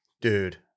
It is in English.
Dude